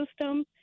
system